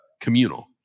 communal